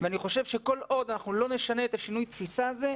אני חושב שכל עוד אנחנו לא נשנה את שינוי התפיסה הזה,